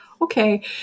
okay